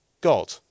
God